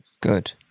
Good